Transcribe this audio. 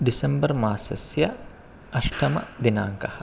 December मासस्य अष्टमः दिनाङ्कः